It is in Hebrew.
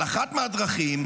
אבל אחת מהדרכים,